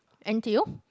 N_T_U